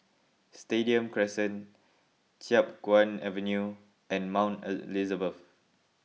Stadium Crescent Chiap Guan Avenue and Mount Elizabeth